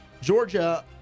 Georgia